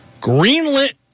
greenlit